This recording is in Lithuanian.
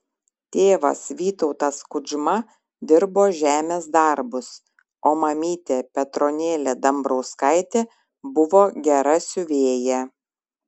tėvas vytautas kudžma dirbo žemės darbus o mamytė petronėlė dambrauskaitė buvo gera siuvėja